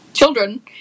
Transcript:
Children